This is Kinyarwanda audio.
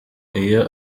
iyo